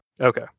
Okay